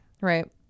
Right